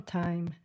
time